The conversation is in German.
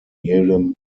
jedem